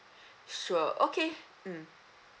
sure okay mm